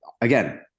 Again